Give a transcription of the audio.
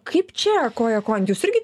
kaip čia koja kojon jūs irgi